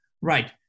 Right